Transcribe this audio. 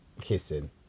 Kissing